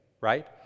right